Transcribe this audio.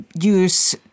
use